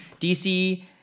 DC